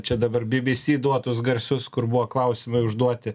čia dabar bbc duotus garsus kur buvo klausimai užduoti